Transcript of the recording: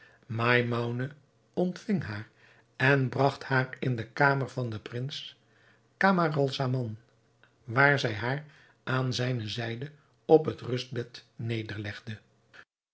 maimoune ontving haar en bragt haar in de kamer van den prins camaralzaman waar zij haar aan zijne zijde op het rustbed nederlegde